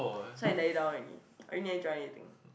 so I die down already I didn't join anything